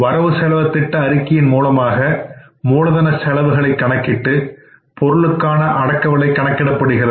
வரவு செலவு திட்ட அறிக்கையின் மூலமாக மூலதனச் செலவுகளை கணக்கிட்டு பொருளுக்கான அடக்கவிலை கணக்கிடப்படுகிறது